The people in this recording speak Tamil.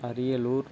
அரியலூர்